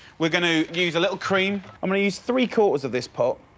we're going to use a little cream. i'm gonna use three quarters of this pot.